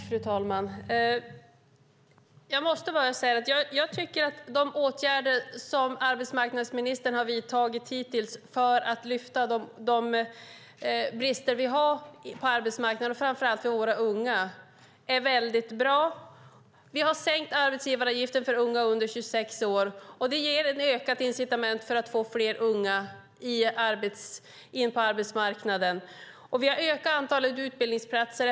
Fru talman! Jag tycker att de åtgärder som arbetsmarknadsministern har vidtagit hittills mot de brister vi har på arbetsmarknaden, framför allt för våra unga, är väldigt bra. Vi har sänkt arbetsgivaravgiften för unga under 26 år. Det ger ett ökat incitament för att få fler unga in på arbetsmarknaden. Vi har ökat antalet utbildningsplatser.